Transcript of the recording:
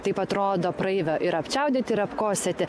taip atrodo praeivę ir apčiaudėti ir atkosėti